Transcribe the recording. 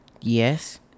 yes